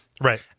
Right